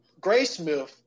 Graysmith